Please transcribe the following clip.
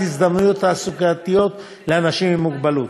הזדמנויות תעסוקתיות לאנשים עם מוגבלות.